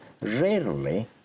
Rarely